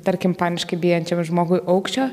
tarkim paniškai bijančiam žmogui aukščio